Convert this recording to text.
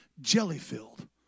jelly-filled